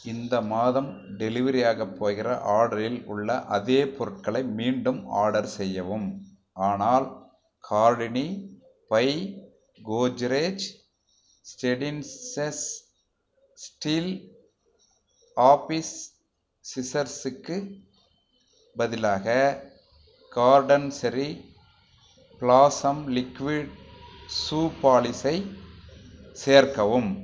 இந்த மாதம் டெலிவரியாகப் போகிற ஆர்டரில் உள்ள அதே பொருட்களை மீண்டும் ஆர்டர் செய்யவும் ஆனால் Cartini by Godrej stainless steel office சிசர்ஸுக்கு பதிலாக carton Cherry Blossom liquid shoe பாலிஷை சேர்க்கவும்